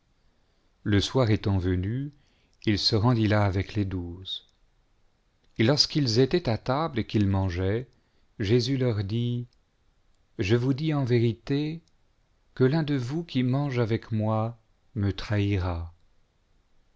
le soir étant venu il se rendit là avec les douze et lorsqu'ils étaient à table et qu'ils mangeaient jésus leur dit je vous dis en vérité que l'un de vous qui mange avec moi me trahira